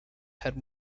had